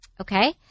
okay